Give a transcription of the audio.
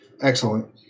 Excellent